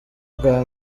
bwa